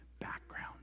background